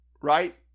right